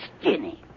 Skinny